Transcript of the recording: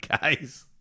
guys